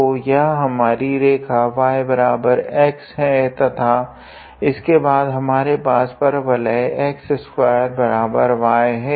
तो यह हमारी रेखा yx है तथा उसके बाद हमारे पास परवलय x2y है